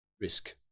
risk